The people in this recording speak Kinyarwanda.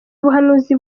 ubuhanuzi